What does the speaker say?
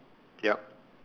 yup